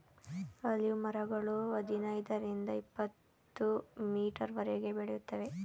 olive ಮರಗಳು ಹದಿನೈದರಿಂದ ಇಪತ್ತುಮೀಟರ್ವರೆಗೆ ಬೆಳೆಯುತ್ತವೆ